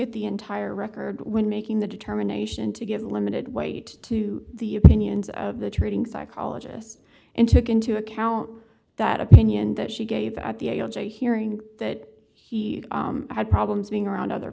at the entire record when making the determination to get limited weight to the opinions of the treating psychologist and took into account that opinion that she gave at the a l j hearing that he had problems being around other